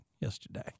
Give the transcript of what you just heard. yesterday